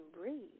breathe